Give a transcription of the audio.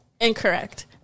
Incorrect